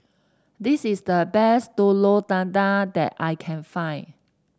this is the best Telur Dadah that I can find